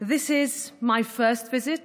נוצר בזמן של סבל ושל